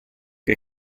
che